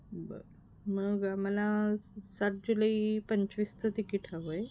बरं मग आम्हाला सात जुलै पंचवीसचं तिकीट हवं आहे